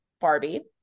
Barbie